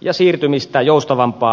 ja siirtymisestä joustavampaan päätöksentekoon